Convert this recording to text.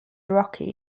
rocky